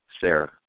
Sarah